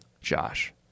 Josh